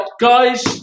guys